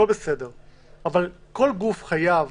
אבל כל גוף חייב